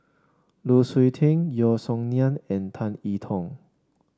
Lu Suitin Yeo Song Nian and Tan E Tong